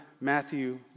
Matthew